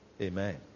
Amen